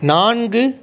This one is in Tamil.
நான்கு